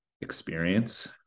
experience